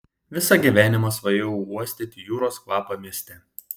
visą gyvenimą svajojau uosti jūros kvapą mieste